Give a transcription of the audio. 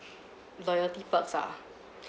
loyalty perks ah